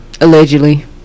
Allegedly